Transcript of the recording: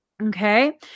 Okay